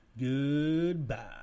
Goodbye